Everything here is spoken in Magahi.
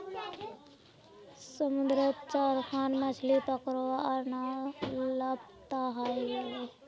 समुद्रत चार खन मछ्ली पकड़वार नाव लापता हई गेले